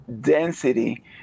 density